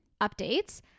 Updates